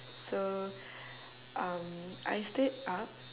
so um I stayed up